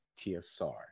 TSR